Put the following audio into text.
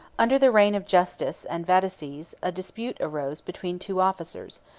under the reign of justice and vataces, a dispute arose between two officers,